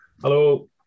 Hello